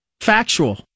Factual